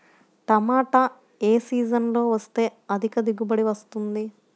టమాటా ఏ సీజన్లో వేస్తే అధిక దిగుబడి వస్తుంది?